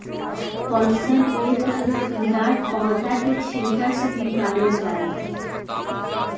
पटसन एक तरह के फूलदार पौधा के छिलका से निकालल जाला